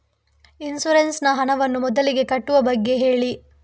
insurance ನ ಹಣವನ್ನು ಮೊದಲಿಗೆ ಕಟ್ಟುವ ಬಗ್ಗೆ ಹೇಳಿ